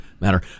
matter